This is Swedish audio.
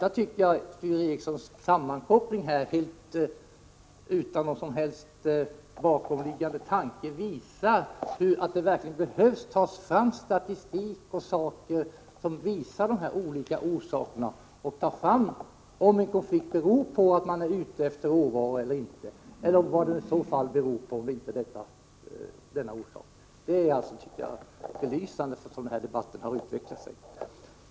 Jag tycker att denna Sture Ericsons sammankoppling, utan någon som helst bakomliggande tanke, visar att det verkligen behöver tas fram statistik och annat material som belyser de olika bakomliggande konfliktorsakerna, om en av staterna är ute efter råvaror eller om det föreligger andra motiv. Jag tycker alltså att den vändning som denna debatt har fått är belysande.